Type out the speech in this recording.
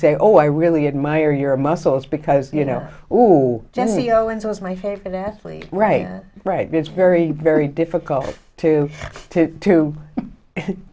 say oh i really admire your muscles because you know who jenny owens was my favorite athlete right right it's very very difficult to to to